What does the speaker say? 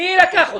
מי לקח אותו?